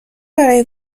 برای